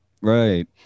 right